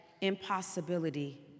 impossibility